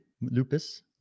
Lupus